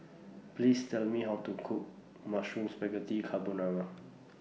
Please Tell Me How to Cook Mushroom Spaghetti Carbonara